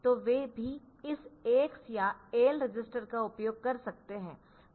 तो वे भी इस AX या AL रजिस्टर का उपयोग कर सकते है